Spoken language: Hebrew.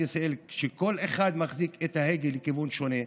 ישראל כשכל אחד מסובב את ההגה לכיוון שונה.